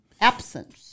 absence